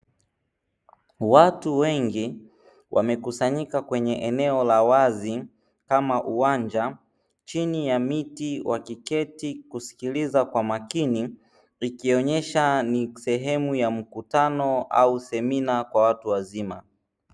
Watu wengi wamekusanyika kwenye eneo la wazi chini ya miti wakiketi kusikiliza kwa makini, ikionesha ni sehemu ya mkutano au semina kwa watu wazima.